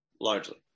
largely